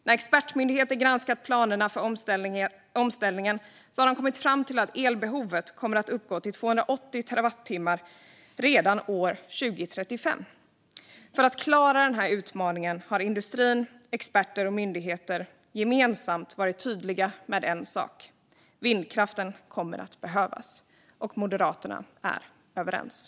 När expertmyndigheter granskat planerna för omställningen har de kommit fram till att elbehovet kommer att uppgå till 280 terawattimmar redan 2035. För att klara denna utmaning har industrin, experter och myndigheter gemensamt varit tydliga med en sak: Vindkraften kommer att behövas. Och Moderaterna håller med.